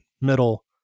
middle